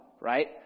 right